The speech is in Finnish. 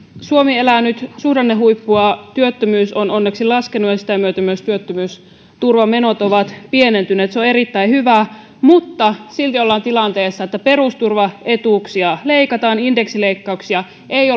suomi elää nyt suhdannehuippua työttömyys on onneksi laskenut ja sitä myötä myös työttömyysturvamenot ovat pienentyneet se on erittäin hyvä mutta silti ollaan tilanteessa että perusturvaetuuksia leikataan indeksileikkauksia ei